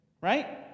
Right